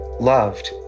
loved